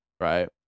right